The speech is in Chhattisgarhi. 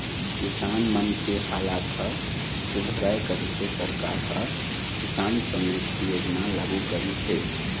किसान मन के हालत ह सुधरय कहिके सरकार ह किसान समरिद्धि योजना लागू करिस हे